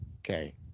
Okay